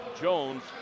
Jones